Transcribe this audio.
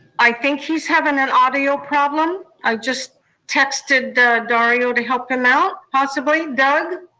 aye. think he's having an audio problem. i just texted dario to help him out. possibly, doug?